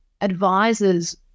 advisors